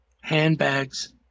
handbags